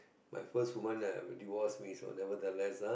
my first woman that divorce me is nevertheless a